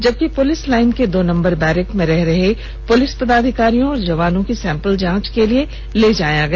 जबकि police line के दो नंबर बैरक में रह रहे पुलिस पदाधिकारियों और जवानों की सैंपल जांच के लिए लाया गया